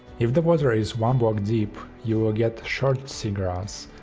if the water is one block deep you will get short seagrass,